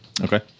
Okay